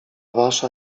wasza